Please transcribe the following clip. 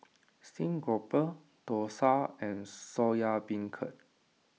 Stream Grouper Dosa and Soya Beancurd